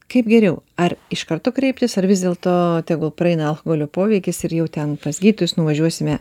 kaip geriau ar iš karto kreiptis ar vis dėl to tegul praeina alkoholio poveikis ir jau ten pas gydytojus nuvažiuosime